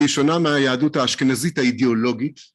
היא שונה מהיהדות האשכנזית האידיאולוגית